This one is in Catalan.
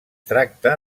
tracta